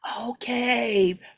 Okay